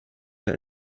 der